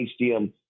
HDM